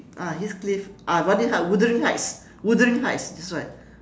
ah heath cliff ah wuthering heights wuthering heights wuthering heights that's right